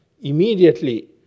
immediately